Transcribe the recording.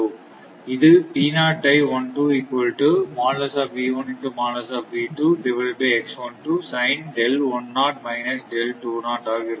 இது ஆக இருக்கும்